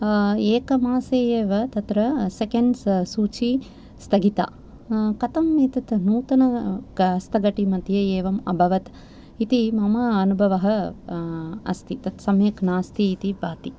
एकमासे एव तत्र सेकेण्ड्स् सूची स्थगिता कथम् एतत् नूतन हस्तघटी मध्ये एवम् अभवत् इति मम अनुभवः अस्ति तत् सम्यक् नास्ति इति भाति